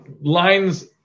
lines